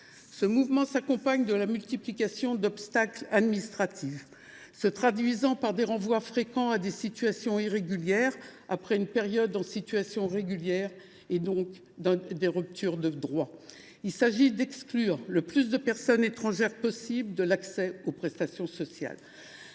Ce mouvement s’accompagne de la multiplication d’obstacles administratifs, se traduisant par des renvois fréquents à des situations irrégulières après une période en situation régulière et donc à des ruptures de droits. Il s’agit d’exclure le plus de personnes étrangères possible de l’accès aux prestations sociales.